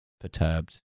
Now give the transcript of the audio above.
perturbed